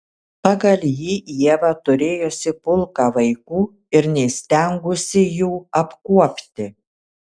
pagal jį ieva turėjusi pulką vaikų ir neįstengusi jų apkuopti